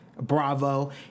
Bravo